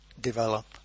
develop